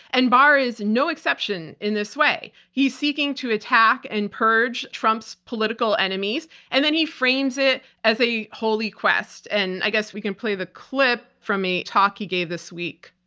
and barr is no exception in this way. he's seeking to attack and purge trump's political enemies, and then he frames it as a holy quest. and i guess we can play the clip from a talk he gave this week.